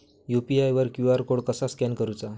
UPI वर QR code कसा scan करूचा?